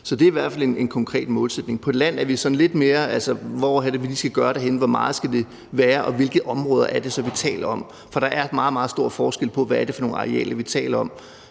Så det er i hvert fald en konkret målsætning. På land er vi sådan lidt mere usikre på, hvor det lige er, vi skal gøre det, hvor meget det skal være, og hvilke områder det så er, vi taler om. For der er meget, meget stor forskel på, hvad det er for nogle arealer, vi taler om.